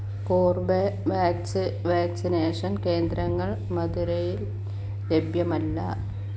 Corbevax vaccination കേന്ദ്രങ്ങൾ മധുരയിൽ ലഭ്യമല്ല